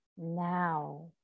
Now